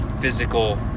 physical